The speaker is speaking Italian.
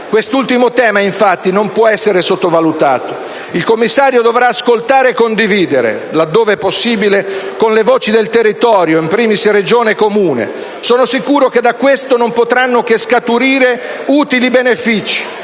Quest'ultimo tema non può essere sottovalutato. Il commissario dovrà ascoltare e condividere, laddove è possibile, le voci del territorio, *in primis* Regione e Comune. Sono sicuro che da questo non potranno che scaturire utili benefici